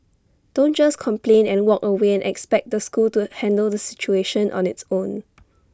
don't just complain and walk away and expect the school to handle the situation on its own